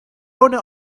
owner